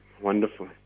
Wonderful